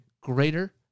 greater